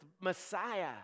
Messiah